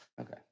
Okay